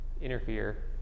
interfere